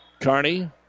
Carney